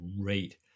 Great